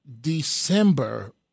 December